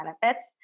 benefits